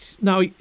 Now